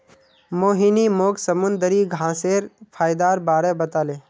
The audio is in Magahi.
मोहिनी मोक समुंदरी घांसेर फयदार बारे बताले